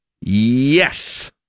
Yes